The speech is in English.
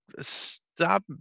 Stop